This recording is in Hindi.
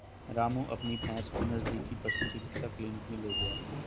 रामू अपनी भैंस को नजदीकी पशु चिकित्सा क्लिनिक मे ले गया